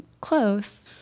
close